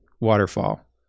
waterfall